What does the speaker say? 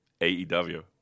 AEW